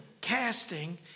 casting